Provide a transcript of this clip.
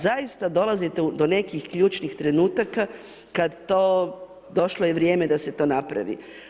Zaista dolazite do nekih ključnih trenutaka, kad to, došlo je vrijeme da se to napravi.